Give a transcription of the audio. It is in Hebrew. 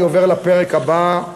אני עובר לפרק הבא,